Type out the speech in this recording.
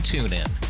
TuneIn